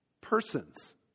persons